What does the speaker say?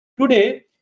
Today